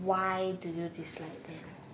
why do you dislike them